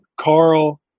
Carl